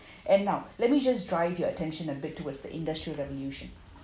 and now let me just drive your attention a bit towards the industrial revolution